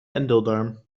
endeldarm